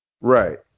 Right